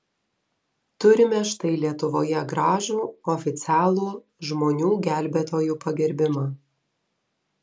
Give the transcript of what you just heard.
turime štai lietuvoje gražų oficialų žmonių gelbėtojų pagerbimą